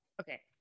Okay